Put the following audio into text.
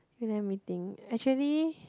you like meeting actually